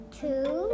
two